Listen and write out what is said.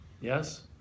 Yes